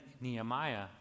Nehemiah